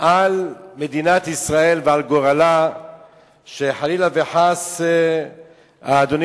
על מדינת ישראל ועל גורלה שחלילה וחס אדוני